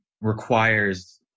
requires